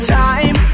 time